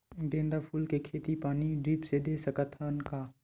गेंदा फूल के खेती पानी ड्रिप से दे सकथ का?